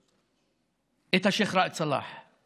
שרודפת את השייח' ראאד סלאח,